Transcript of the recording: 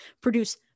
produce